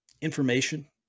information